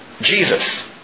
Jesus